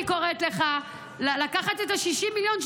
אני קוראת לך לקחת את ה-60 מיליון,